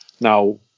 Now